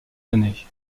années